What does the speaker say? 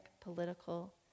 political